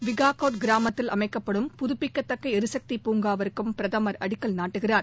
விகாகோட் கிராமத்தில் அமைக்கப்படும் புதுப்பிக்கத்தக்க எரிசக்தி பூங்காவிற்கும் பிரதமர் அடிக்கல் நாட்டுகிறார்